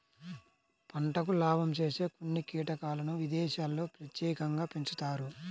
పంటకు లాభం చేసే కొన్ని కీటకాలను విదేశాల్లో ప్రత్యేకంగా పెంచుతారు